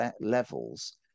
levels